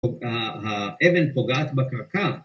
‫האבן פוגעת בקרקע.